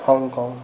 Hong Kong